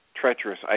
treacherous